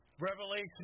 Revelation